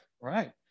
right